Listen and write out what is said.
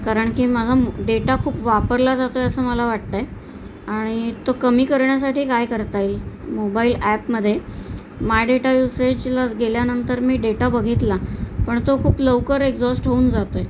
कारण की माझा डेटा खूप वापरला जातो आहे असं मला वाटत आहे आणि तो कमी करण्यासाठी काय करता येईल मोबाईल ॲपमधे माय डेटा युसेजलाच गेल्यानंतर मी डेटा बघितला पण तो खूप लवकर एक्झॉस्ट होऊन जातो आहे